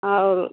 और